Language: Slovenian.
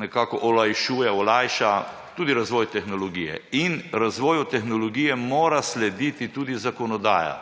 nekako olajšuje, olajša tudi razvoj tehnologije in razvoju tehnologije mora slediti tudi zakonodaja.